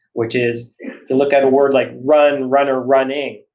which is to look at a word like run, runner, running.